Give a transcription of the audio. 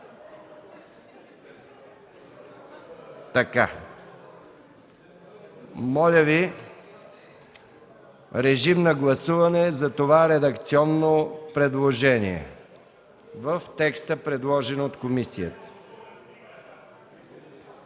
Моля Ви, режим на гласуване за това редакционно предложение в текста, предложен от комисията.